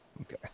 Okay